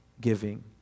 giving